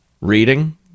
Reading